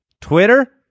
Twitter